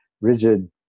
rigid